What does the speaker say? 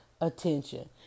attention